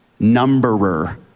numberer